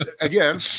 again